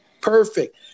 Perfect